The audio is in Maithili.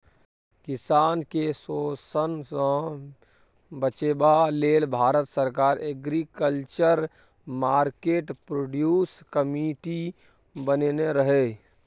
किसान केँ शोषणसँ बचेबा लेल भारत सरकार एग्रीकल्चर मार्केट प्रोड्यूस कमिटी बनेने रहय